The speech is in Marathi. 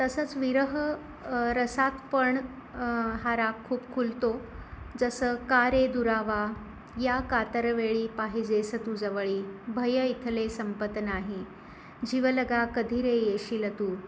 तसंच विरह रसात पण हा राग खूप खुलतो जसं का रे दुरावा या कातरवेळी पाहिजेस तू जवळी भय इथले संपत नाही जीवलगा कधी रे येशील तू